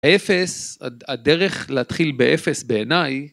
אפס, הדרך להתחיל באפס, בעיניי.